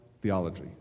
theology